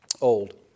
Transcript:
old